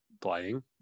playing